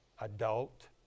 adult